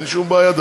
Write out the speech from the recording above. אין שום בעיה,